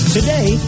today